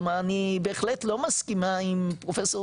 כלומר אני בהחלט לא מסכימה עם פרופסור